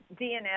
DNS